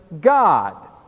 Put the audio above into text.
God